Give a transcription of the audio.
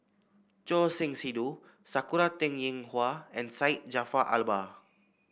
Choor Singh Sidhu Sakura Teng Ying Hua and Syed Jaafar Albar